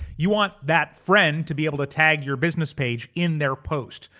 you want that friend to be able to tag your business page in their post.